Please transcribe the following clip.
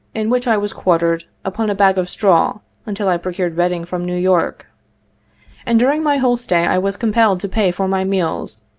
in which i was quartered, upon a bag of straw until i procured bedding from new york and during my whole stay i was compelled to pay for my meals,